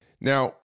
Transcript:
Now